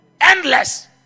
Endless